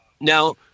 now